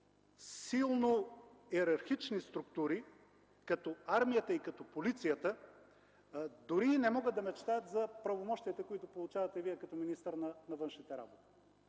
Силно йерархични структури като армията и като полицията дори не могат да мечтаят за правомощията, които получавате Вие като министър на външните работи.